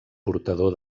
portador